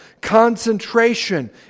Concentration